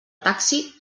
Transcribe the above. taxi